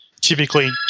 typically